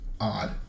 odd